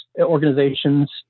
organizations